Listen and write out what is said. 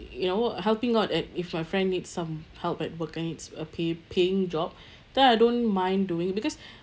you know helping out at if my friend needs some help at working and it's a pay~ paying job then I don't mind doing it because